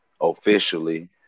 officially